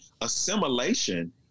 assimilation